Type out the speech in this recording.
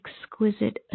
exquisite